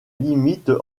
limite